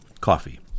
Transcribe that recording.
coffee